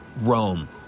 Rome